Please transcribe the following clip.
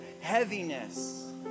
heaviness